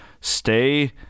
stay